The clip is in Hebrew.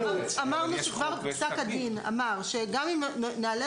אמרנו שכבר פסק הדין אמר שגם אם נהלי